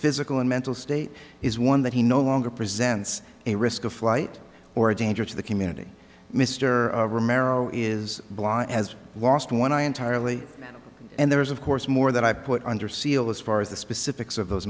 physical and mental state is one that he no longer presents a risk of flight or a danger to the community mr remeron is blah and has lost one eye entirely and there is of course more that i put under seal as far as the specifics of those